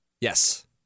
Yes